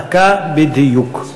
דקה בדיוק.